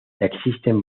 existen